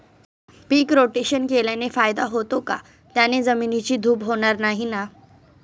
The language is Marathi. पीक रोटेशन केल्याने फायदा होतो का? त्याने जमिनीची धूप होणार नाही ना?